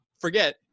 forget